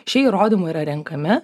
šie įrodymai yra renkami